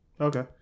Okay